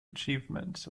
achievements